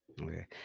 Okay